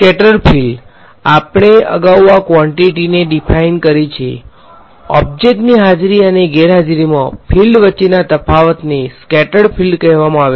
scattered field આપણે અગાઉ આ ક્વેંટીટીને ડીફાઈન કરી છે ઓબ્જેક્ટ ની હાજરી અને ગેરહાજરીમાં ફીલ્ડ વચ્ચેના તફાવતને સ્કેટર્ડ ફીલ્ડ કહેવામાં આવે છે